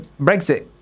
Brexit